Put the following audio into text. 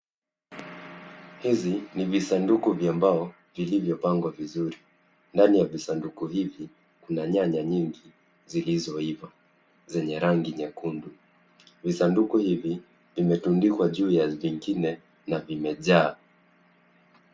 Hizi ni visaduku vya mbao vilivyopangwa vizuri. Ndani ya visaduku hivi kuna nyanya nyingi zilizoiva zenye rangi nyekundu. Visanduku hivi vimetandikwa juu ya vingine na vimejaa.